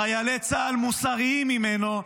חיילי צה"ל מוסריים ממנו,